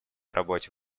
работе